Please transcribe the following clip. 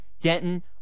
Denton